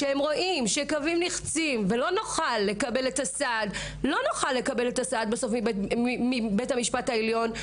כשהם רואים שקווים נחצים ולא נוכל לקבל את הסעד בסוף מבית המשפט העליון,